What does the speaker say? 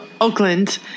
Oakland